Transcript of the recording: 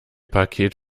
paket